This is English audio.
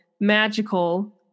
magical